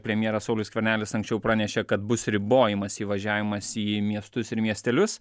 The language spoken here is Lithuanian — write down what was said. premjeras saulius skvernelis anksčiau pranešė kad bus ribojamas įvažiavimas į miestus ir miestelius